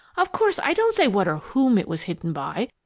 of course, i don't say what or whom it was hidden by,